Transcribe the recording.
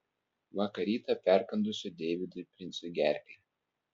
vakar rytą perkandusio deividui princui gerklę